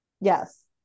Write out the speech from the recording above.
Yes